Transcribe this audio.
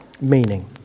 meaning